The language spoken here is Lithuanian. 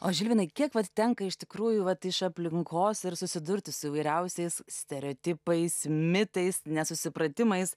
o žilvinui kiek vat tenka iš tikrųjų vat iš aplinkos ir susidurti su įvairiausiais stereotipais mitais nesusipratimais